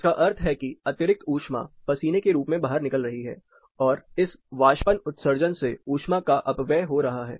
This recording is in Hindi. जिसका अर्थ है कि अतिरिक्त ऊष्मा पसीने के रूप में बाहर निकल रही है और इस वाष्पन उत्सर्जन से ऊष्मा का अपव्यय हो रहा है